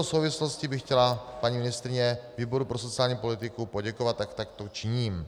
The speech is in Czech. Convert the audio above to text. V této souvislosti by chtěla paní ministryně výboru pro sociální politiku poděkovat, tak takto činím.